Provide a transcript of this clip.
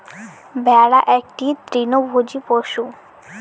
ভেড়া একটি তৃণভোজী পশু